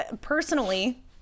Personally